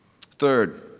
Third